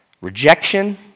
rejection